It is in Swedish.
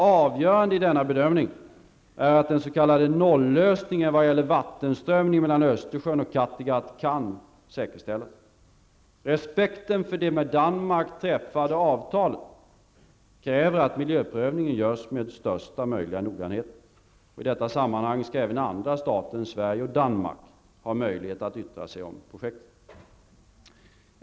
Avgörande i denna bedömning är att den s.k. Östersjön och Kattegatt kan säkerställas. Respekten för det med Danmark träffade avtalet kräver att miljöprövningen görs med största möjliga noggrannhet. I detta sammanhang skall även andra stater än Sverige och Danmark ha möjlighet att yttra sig om projektet.